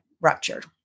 ruptured